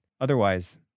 otherwise